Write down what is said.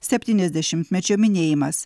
septyniasdešimtmečio minėjimas